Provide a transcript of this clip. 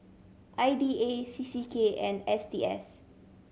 I D A C C K and S T S